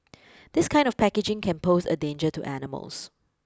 this kind of packaging can pose a danger to animals